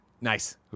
Nice